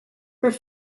his